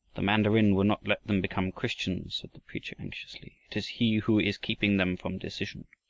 the mandarin will not let them become christians, said the preacher anxiously. it is he who is keeping them from decision.